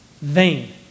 vain